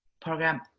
program